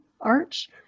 Arch